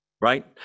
right